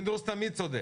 פינדרוס תמיד צודק.